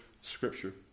Scripture